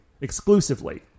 exclusively